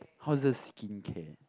how is this skincare